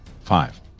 Five